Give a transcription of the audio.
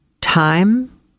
Time